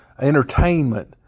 entertainment